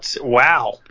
Wow